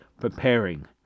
preparing